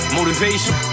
Motivation